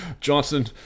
Johnson